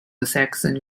saxon